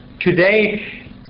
Today